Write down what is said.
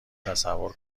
تصور